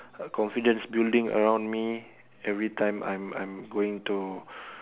confidence building around me every time I'm I'm going to